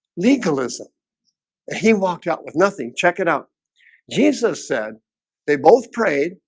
legalism he walked out with nothing. check it out jesus said they both prayed,